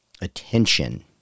attention